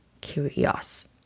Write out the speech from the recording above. curious